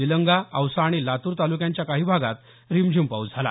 निलंगा औसा आणि लातूर तालूक्यांच्या काही भागात रिमझिम पाऊस झाला